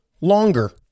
longer